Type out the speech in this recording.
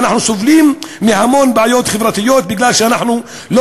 ואנחנו סובלים מהמון בעיות חברתיות בגלל שאנחנו לא